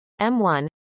m1